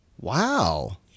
wow